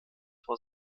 vor